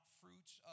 fruits